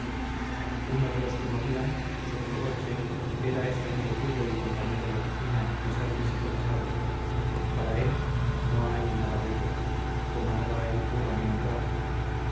uno de los que morían sotto voce era ese amigo tuyo y compañero de oficina que está tísico pasado para él no hay nada bello como nada hay puro ni honrado